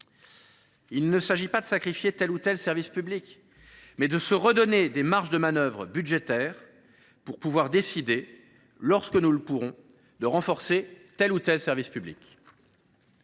Il s’agit non pas de sacrifier tel ou tel service public, mais de nous redonner des marges de manœuvre budgétaires afin de pouvoir décider, le moment venu, de renforcer tel ou tel service public.